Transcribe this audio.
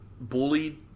bullied